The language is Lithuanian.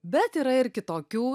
bet yra ir kitokių